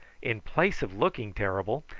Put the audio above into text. in place of looking terrible,